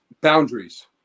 Boundaries